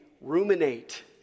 ruminate